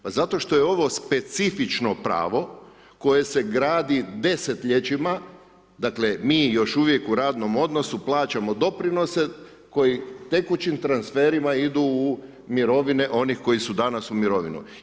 Pa zato što je ovo specifično pravo koje se gradi desetljećima, dakle mi još uvijek u radnom odnosu plaćamo doprinose koji tekućim transferima idu u mirovine onih koji su danas u mirovini.